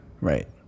Right